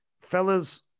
Fellas